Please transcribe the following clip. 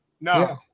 No